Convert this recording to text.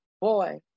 boy